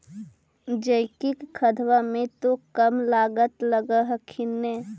जैकिक खदबा मे तो कम लागत लग हखिन न?